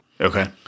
Okay